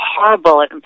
horrible